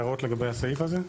הערות לגבי הסעיף הזה.